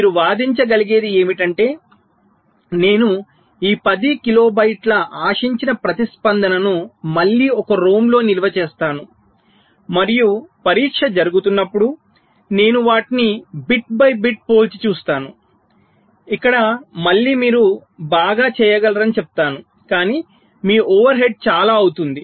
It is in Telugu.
మీరు వాదించగలిగేది ఏమిటంటే నేను ఈ 10 కిలోబైట్ల ఆశించిన ప్రతిస్పందనను మళ్ళీ ఒక ROM లో నిల్వ చేస్తాను మరియు పరీక్ష జరుగుతున్నప్పుడు నేను వాటిని బిట్ బై బిట్ పోల్చి చూస్తాను ఇక్కడ మళ్ళీ మీరు బాగా చేయగలరని చెప్తాను కానీ మీ ఓవర్ హెడ్ చాలా అవుతుంది